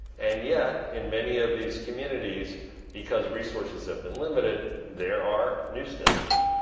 and yet, in many of these communities because resources have been limited, there are news deserts.